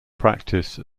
practice